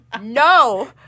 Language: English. No